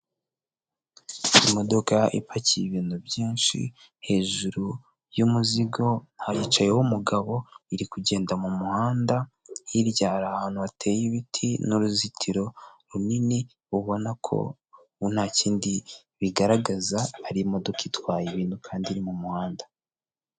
Imodoka ipakiye ibintu byinshi, hejuru y'umuzigo hicayeho umugabo iri kugenda mu muhanda, hirya hari ahantu hateye ibiti n'uruzitiro runini, ubona ko ubu nta kindi bigaragaza, ari imodoka itwaye ibintu kandi iri mu muhanda.